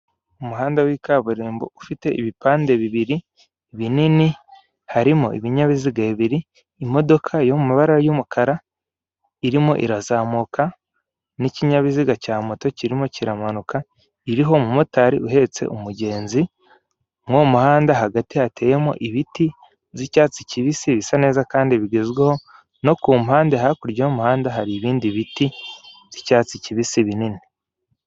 Umuhanda w'ikaburimbo ufite ibipande bibiri binini harimo ibinyabiziga bibiri, imodoka yo mu mabara y'umukara irimo irazamuka n'ikinyabiziga cya moto kirimo kiramanuka, iriho umumotari uhetse umugenzi. Mwuwo muhanda hagati hateyemo ibiti by'icyatsi kibisi bisa neza kandi bigezweho no kumpande hakurya y'umuhanda hari ibindi biti by'icyatsi kibisi binini.